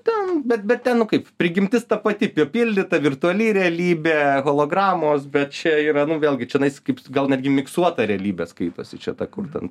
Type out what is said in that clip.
ten bet bet ten nu kaip prigimtis ta pati pripildyta virtuali realybė hologramos bet čia yra nu vėlgi čenais kaip gal netgi fiksuota realybė skaitosi čia ta kur ten